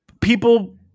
People